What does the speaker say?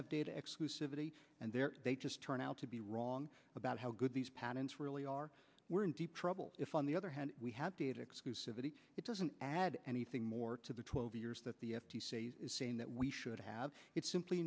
have data exclusivity and they're they just turn out to be wrong about how good these patents really are we're in deep trouble if on the other hand we have data exclusivity it doesn't add anything more to the twelve years that the f t c is saying that we should have it simply